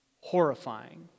horrifying